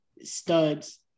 studs